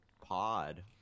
pod